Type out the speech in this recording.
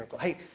Hey